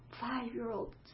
five-year-old